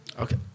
Okay